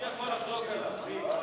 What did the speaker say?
אנחנו עוברים להצבעה בקריאה